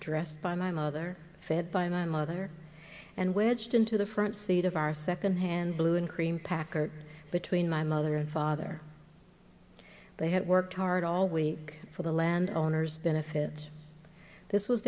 dressed by my mother fed by my mother and wedged into the front seat of our secondhand blue and cream packard between my mother and father they had worked hard all week for the landowners benefit this was